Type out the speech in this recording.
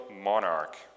monarch